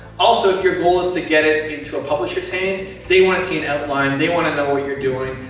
also, if your goal is to get it into a publisher's hands, they want to see an outline. they want to know what you're doing.